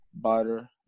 butter